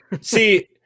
See